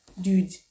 Dude